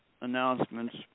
announcements